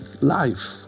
life